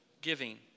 giving